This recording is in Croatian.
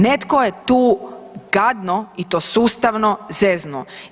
Netko je tu gadno i to sustavno zeznuo.